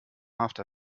after